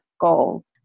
goals